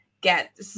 get